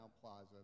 plaza